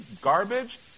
garbage